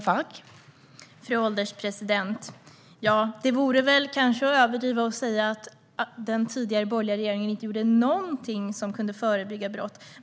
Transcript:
Fru ålderspresident! Det vore kanske att överdriva att säga att den tidigare borgerliga regeringen inte gjorde någonting som kunde förebygga brott.